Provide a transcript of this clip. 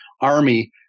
army